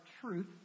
truth